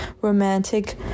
romantic